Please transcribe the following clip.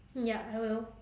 ya I will